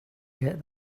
get